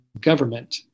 government